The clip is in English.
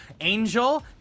Angel